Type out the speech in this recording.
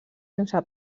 sense